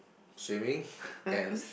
swimming and